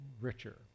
richer